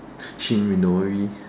Shin-Minori